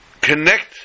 connect